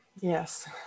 yes